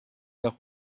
nach